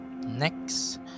Next